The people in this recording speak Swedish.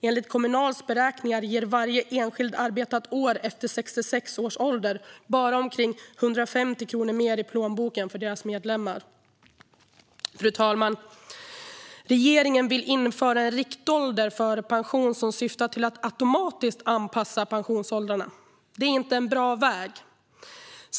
Enligt Kommunals beräkningar ger varje enskilt arbetat år efter 66 års ålder bara omkring 150 kronor mer i plånboken för deras medlemmar. Fru talman! Regeringen vill införa en riktålder för pension som syftar till att automatiskt anpassa pensionsåldrarna. Det är inte en bra väg.